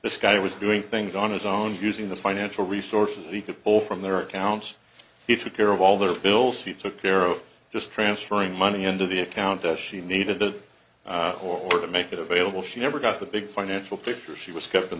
this guy was doing things on his own using the financial resources that he could pull from their accounts he took care of all those bills he took care of just transferring money end of the account as she needed to or to make it available she never got the big financial picture she was kept in